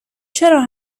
چرا